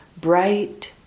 bright